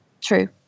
True